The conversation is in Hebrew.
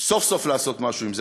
סוף סוף לעשות משהו עם זה.